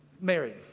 married